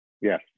Yes